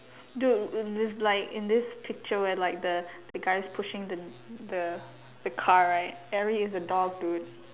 dude in this like in this picture where like the guy is pushing the the the car right Larry is a dog dude